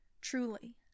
truly